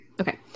okay